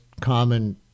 common